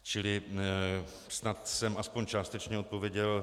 Čili snad jsem aspoň částečně odpověděl.